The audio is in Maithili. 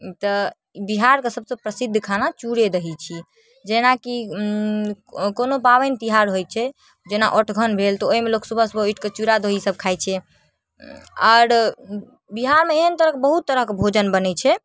तऽ बिहारके सबसँ प्रसिद्ध खाना चूड़े दही छी जेनाकि कोनो पाबनि तिहार होइ छै जेना ओठघन भेल तऽ ओहिमे लोक सुबह सुबह उठिकऽ चूड़ा दहीसब खाइ छै आओर बिहारमे एहन तरहके बहुत तरहके भोजन बनै छै